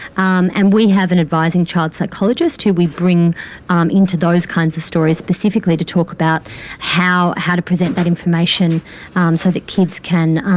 um and we have an advising child psychologist who we bring um into those kinds of stories specifically to talk about how how to present that information um so that kids can,